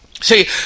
See